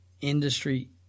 industry